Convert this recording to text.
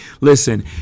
Listen